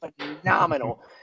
phenomenal